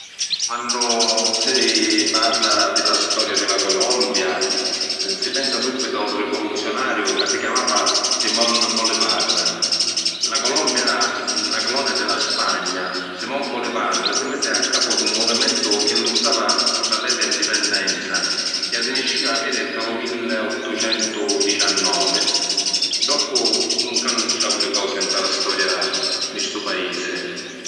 Quannu si parra di la storia di la Colombia si pensa subbitu a un rivuluzionariu ca si chiamava Simón Bolívar. La Colombia era na colonia di la Spagna, Simón Bolívar si misi a capu di un movimentu chi luttava pi aviri la indipendenza chi arriniscìu a aviri nta lu milliottocentudicinnovi. Doppu nun canusciu autri cosi nta la storia di stu paisi.